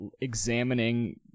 examining